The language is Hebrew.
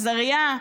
עזריה,